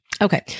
Okay